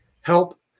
help